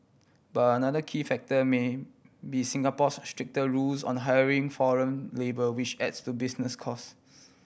but another key factor may be Singapore's stricter rules on the hiring foreign labour which adds to business cost